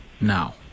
now